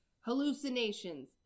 hallucinations